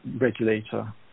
regulator